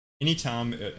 anytime